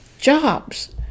jobs